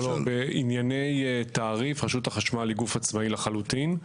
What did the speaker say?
בענייני תעריף רשות החשמל היא גוף עצמאי לחלוטין.